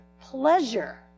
pleasure